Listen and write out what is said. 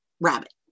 rabbit